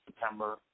September